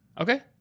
Okay